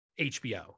HBO